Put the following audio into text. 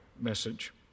message